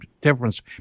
difference